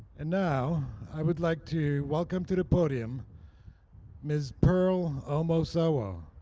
and now i would like to welcome to the podium ms. pearl omosowa,